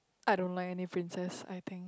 I don't like any princess I think